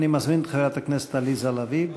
אני מזמין את חברת הכנסת עליזה לביא.